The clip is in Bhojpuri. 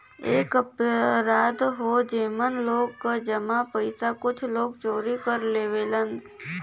एक अपराध हौ जेमन लोग क जमा पइसा कुछ लोग चोरी कर लेवलन